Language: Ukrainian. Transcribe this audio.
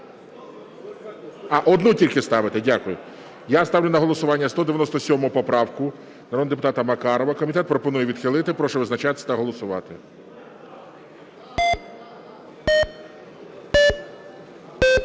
Одну тільки ставити? Дякую. Я ставлю на голосування 197 поправку народного депутата Макарова. Комітет пропонує відхилити. Прошу визначатись та голосувати.